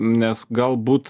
nes galbūt